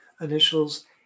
initials